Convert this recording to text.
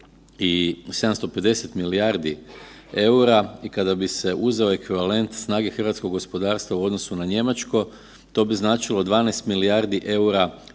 750 milijardi eura i kada bi se uzeo ekvivalent snage hrvatskog gospodarstva u odnosu na njemačko, to bi značilo 12 milijardi eura